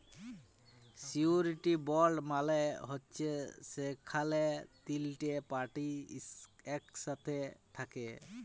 surety bond মালে হছে যেখালে তিলটে পার্টি ইকসাথে থ্যাকে